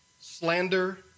slander